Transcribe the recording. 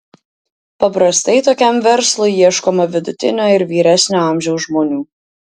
paprastai tokiam verslui ieškoma vidutinio ir vyresnio amžiaus žmonių